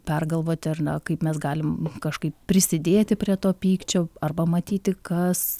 pergalvoti ar na kaip mes galim kažkaip prisidėti prie to pykčio arba matyti kas